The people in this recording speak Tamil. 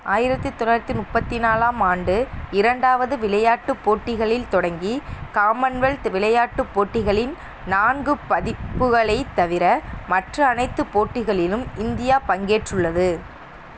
ஆயிரத்து தொள்ளாயிரத்தி முப்பத்தி நாலாம் ஆண்டு இரண்டாவது விளையாட்டுப் போட்டிகளில் தொடங்கி காமன்வெல்த் விளையாட்டுப் போட்டிகளின் நான்கு பதிப்புகளைத் தவிர மற்ற அனைத்துப் போட்டிகளிலும் இந்தியா பங்கேற்றுள்ளது